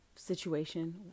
situation